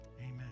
amen